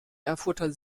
erfurter